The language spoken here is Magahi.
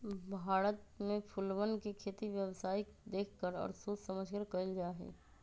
भारत में फूलवन के खेती व्यावसायिक देख कर और सोच समझकर कइल जाहई